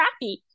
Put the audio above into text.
crappy